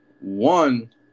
One